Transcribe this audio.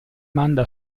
manda